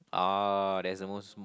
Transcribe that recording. oh that's the most